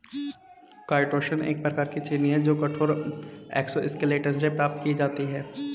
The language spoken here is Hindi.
काईटोसन एक प्रकार की चीनी है जो कठोर एक्सोस्केलेटन से प्राप्त की जाती है